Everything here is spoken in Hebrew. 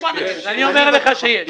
אני אומר לך שיש.